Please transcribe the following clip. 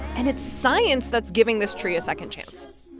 and it's science that's giving this tree a second chance